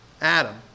Adam